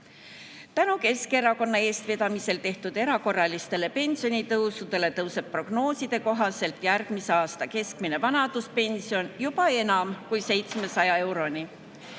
Keskerakonna eestvedamisel tehtud erakorralistele pensionitõusudele tõuseb prognooside kohaselt järgmisel aastal keskmine vanaduspension juba enam kui 700 euroni.